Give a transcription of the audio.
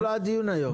זה לא הדיון היום.